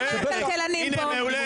לא מה הכלכלנים פה.